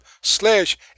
Slash